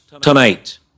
tonight